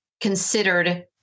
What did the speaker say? considered